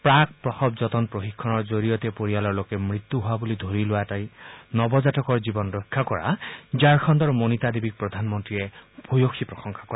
প্ৰাক প্ৰসৱ যতন প্ৰশিক্ষণৰ জৰিয়তে পৰিয়ালৰ লোকে মৃত্যু হোৱা বুলি ধৰি লোৱা এটি নৱজাতকৰ জীৱন ৰক্ষা কৰা ঝাৰখণ্ডৰ মনীতা দেৱীক প্ৰধানমন্ত্ৰীয়ে ভূয়সী প্ৰশংসা কৰে